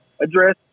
address